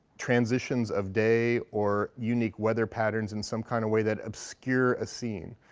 transitions of day or unique weather patterns in some kind of way that obscure a scene.